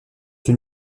une